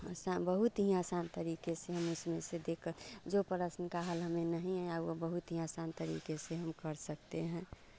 आसा बहुत ही आसान तरीके से हम इसमें से देख कर जो प्रश्न का हल हमें नहीं है या वो बहुत ही आसान तरीके से हम कर सकते हैं